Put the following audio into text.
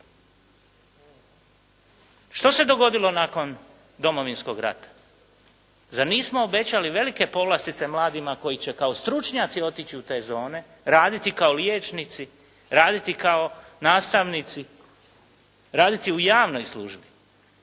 Što se dogodilo nakon Domovinskog rata? Zar nismo obećali velike povlastice mladima koji će kao stručnjaci otići u te zone, raditi kao liječnici, raditi kao nastavnici, raditi u javnoj službi.